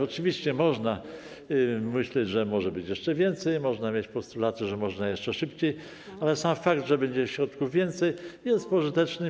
Oczywiście można myśleć, że może być jeszcze więcej, można mieć postulaty, że można jeszcze szybciej, ale sam fakt, że będzie więcej środków, jest pożyteczny.